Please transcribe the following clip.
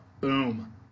Boom